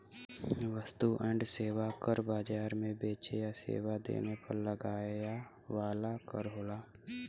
वस्तु एवं सेवा कर बाजार में बेचे या सेवा देवे पर लगाया वाला कर होला